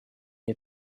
мне